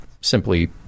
simply